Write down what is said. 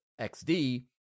XD